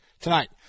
tonight